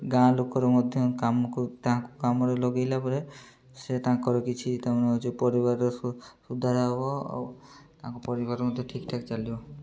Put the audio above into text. ଗାଁ ଲୋକର ମଧ୍ୟ କାମକୁ ତାଙ୍କୁ କାମରେ ଲଗେଇଲା ପରେ ସେ ତାଙ୍କର କିଛି ତାଙ୍କର ହେଉଛି ପରିବାରର ସୁ ସୁଧାର ହବ ଆଉ ତାଙ୍କ ପରିବାର ମଧ୍ୟ ଠିକ୍ଠାକ୍ ଚାଲିବ